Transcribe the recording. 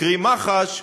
קרי מח"ש,